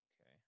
Okay